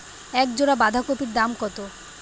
এক জোড়া বাঁধাকপির দাম কত?